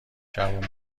جوون